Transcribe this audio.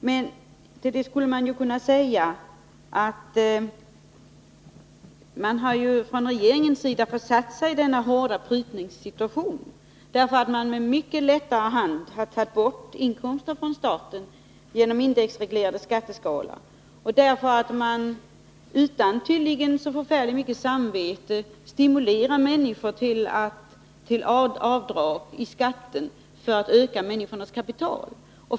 Till det skulle man kunna säga att regeringen ju försatt sig i denna hårda prutningssituation på grund av att man med mycket lättare hand tagit bort inkomster från staten genom indexreglerade skatter och på grund av att man — tydligen utan något särskilt dåligt samvete — stimulerar människor till att göra avdrag på skatten för att öka sitt kapital.